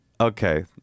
Okay